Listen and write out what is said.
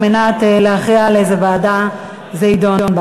כדי להכריע באיזו ועדה זה יידון.